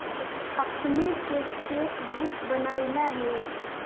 अपने के cheque book बनवइला हे